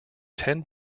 ten